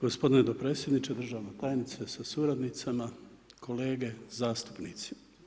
Gospodine dopredsjedniče, državna tajnice sa suradnicama, kolege zastupnici.